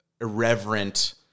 irreverent